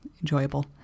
enjoyable